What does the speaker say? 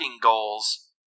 goals